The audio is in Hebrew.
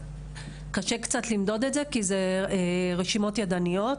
קשה קצת למדוד את זה כי אלה רשימות ידניות.